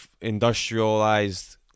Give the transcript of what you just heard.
industrialized